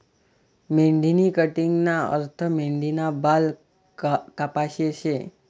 मेंढीनी कटिंगना अर्थ मेंढीना बाल कापाशे शे